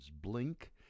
blink